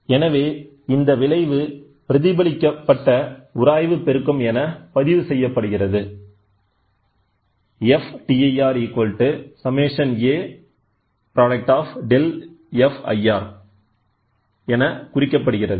எனவே இந்த விளைவு பிரதிபலிக்க பட்ட உராய்வு பெருக்கம் என பதிவு செய்யப்படுகிறது